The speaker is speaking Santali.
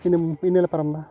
ᱤᱱᱟᱹ ᱞᱮ ᱯᱟᱨᱚᱢ ᱮᱫᱟ